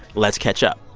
let's catch up.